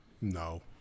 No